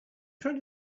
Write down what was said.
trying